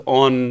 on